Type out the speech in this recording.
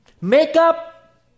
Makeup